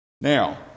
Now